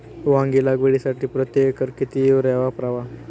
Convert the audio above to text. वांगी लागवडीसाठी प्रति एकर किती युरिया वापरावा?